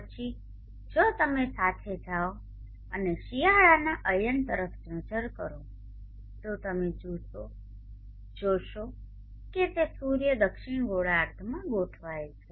પછી જો તમે સાથે જાઓ અને શિયાળાના અયન તરફ નજર કરો તો તમે જુઓ કે તે સૂર્ય દક્ષિણ ગોળાર્ધમાં ગોઠવાયેલ છે